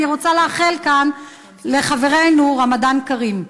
אני רוצה לאחל לחברינו כאן רמדאן כרים.